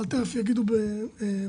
ותיכף יגידו בעצמם,